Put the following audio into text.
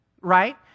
right